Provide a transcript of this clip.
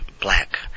Black